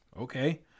Okay